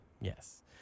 Yes